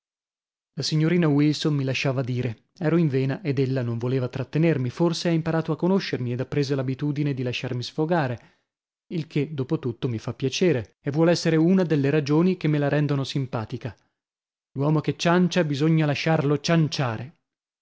la signorina wilson mi lasciava dire ero in vena ed ella non voleva trattenermi forse ha imparato a conoscermi ed ha presa l'abitudine di lasciarmi sfogare il che dopo tutto mi fa piacere e vuol essere una delle ragioni che me la rendono simpatica l'uomo che ciancia bisogna lasciarlo cianciare